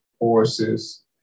horses